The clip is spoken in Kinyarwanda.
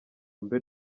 mbe